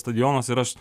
stadionas ir aš